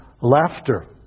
laughter